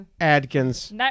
Adkins